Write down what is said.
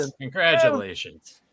Congratulations